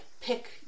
pick